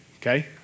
Okay